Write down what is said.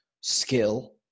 skill